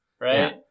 right